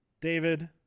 David